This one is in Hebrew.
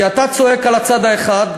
כי אתה צועק על הצד האחד,